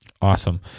awesome